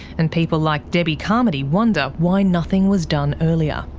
and people like debbie carmody wonder why nothing was done earlier.